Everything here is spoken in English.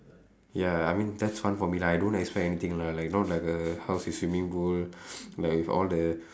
ya I mean that's one for me lah I don't expect anything lah not like a house with swimming pool like with all the